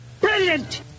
Brilliant